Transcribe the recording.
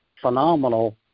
phenomenal